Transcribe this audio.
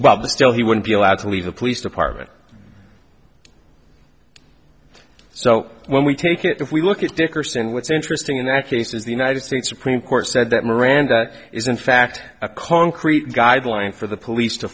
still he wouldn't be allowed to leave the police department so when we take it if we look at dickerson what's interesting in that case is the united states supreme court said that miranda is in fact a concrete guideline for the police to